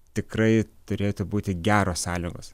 tikrai turėtų būti geros sąlygos